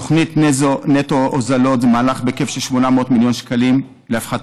תוכנית נטו הוזלות היא מהלך בהיקף של 800 מיליון שקלים להפחתת